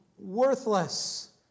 Worthless